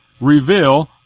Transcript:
reveal